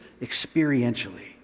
experientially